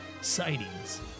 Sightings